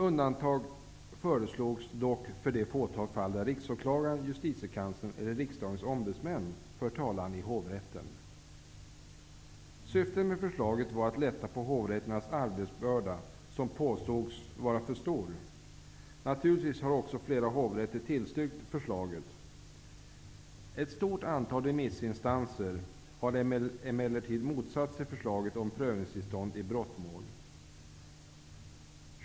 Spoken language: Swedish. Undantag föreslogs dock för det fåtal fall där Riksåklagaren, Justitiekanslern eller riksdagens ombudsmän för talan i hovrätten. Syftet med förslaget var att lätta på hovrätternas arbetsbörda, som påstås vara för stor. Naturligtvis har också flera hovrätter tillstyrkt förslaget. Ett stort antal remissinstanser har emellertid motsatt sig förslaget om prövningstillstånd i brottmål.